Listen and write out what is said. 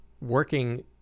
working